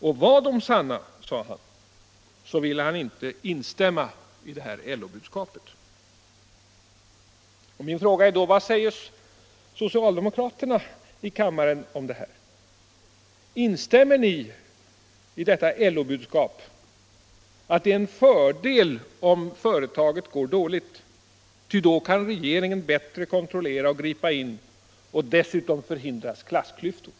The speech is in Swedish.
Och var de sanna, sade han, ville han inte instämma i LO-budskapet. Vad säger socialdemokraterna i kammaren om det här? Instämmer ni i LO-budskapet att det är en fördel om företaget går dåligt, ty då kan regeringen bättre kontrollera och gripa in och dessutom förhindras klassklyftor?